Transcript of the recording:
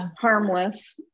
harmless